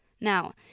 Now